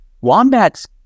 Wombat's